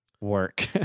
work